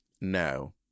no